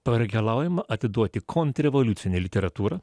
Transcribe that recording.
pareikalaujama atiduoti kontrrevoliucinę literatūrą